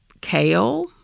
kale